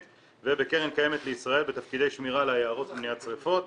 ובקרן קיימת לישראל בתפקידי שמירה על היערות למניעת שריפות.